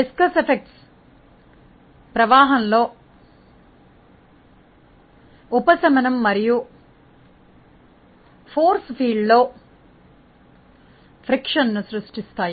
జిగట ప్రభావాలు ప్రవాహం లో ఉపశమనం మరియు ఒక శక్తి రంగంలో ఘర్షణ వంటివి సృష్టిస్తాయి